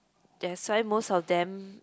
that's why most of them